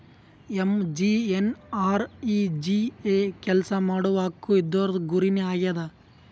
MGNREGA ಕೆಲ್ಸಾ ಮಾಡುವ ಹಕ್ಕು ಇದೂರ್ದು ಗುರಿ ನೇ ಆಗ್ಯದ